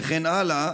וכן הלאה,